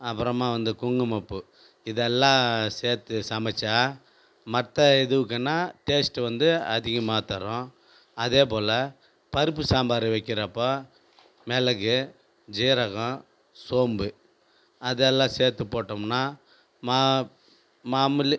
அப்பறமாக வந்து குங்குமப்பூ இதெல்லாம் சேர்த்து சமைச்சா மற்ற எதுவுக்கனா டேஸ்ட் வந்து அதிகமாத் தரும் அதேபோலப் பருப்பு சாம்பார் வைக்கிறப்போ மிளகு சீரகம் சோம்பு அதெல்லாம் சேர்த்துப்போட்டமுன்னா மா மாமுல்